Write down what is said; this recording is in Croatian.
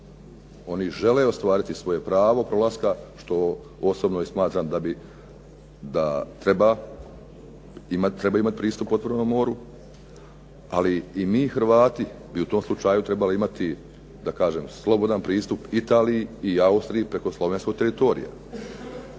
oni žele ostvariti svoje pravo prolaska, što osobno smatram da i treba imati pristup otvorenom moru. Ali mi Hrvati bi u tom slučaju trebali imati, da kažem slobodan pristup Italiji i Austriji preko slovenskog teritorija.